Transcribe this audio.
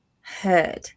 heard